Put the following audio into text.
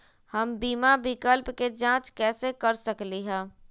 हम बीमा विकल्प के जाँच कैसे कर सकली ह?